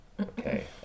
Okay